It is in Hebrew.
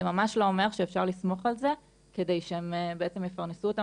זה ממש לא אומר שאפשר לסמוך על זה כדי שהם בעצם יפרנסו אותם